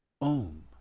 Om